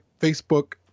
Facebook